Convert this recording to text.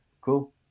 cool